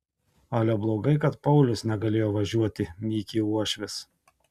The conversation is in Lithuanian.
ale blogai kad paulius negalėjo važiuoti mykė uošvis